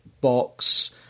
Box